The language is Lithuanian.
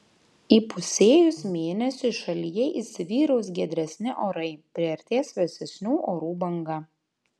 įpusėjus mėnesiui šalyje įsivyraus giedresni orai priartės vėsesnių orų banga